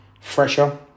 fresher